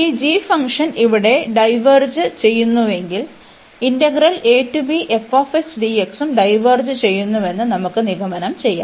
ഈ g function ഇവിടെ diverge ചെയ്യുന്നുവെങ്കിൽ ഇന്റഗ്രൽ ഉം ഡൈവേർജ് ചെയ്യുന്നുവെന്ന് നമുക്ക് നിഗമനം ചെയ്യാം